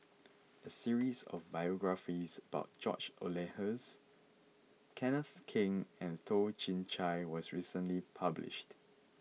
A series of biographies about George Oehlers Kenneth Keng and Toh Chin Chye was recently published